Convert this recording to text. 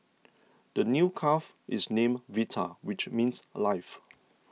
the new calf is named Vita which means life